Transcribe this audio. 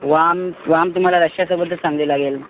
वाम वाम तुम्हाला रश्श्यासोबतच चांगली लागेल